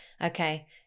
Okay